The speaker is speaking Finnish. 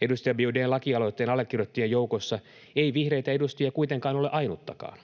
Edustaja Biaudet’n lakialoitteen allekirjoittajien joukossa ei vihreitä edustajia kuitenkaan ole ainuttakaan.